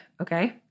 Okay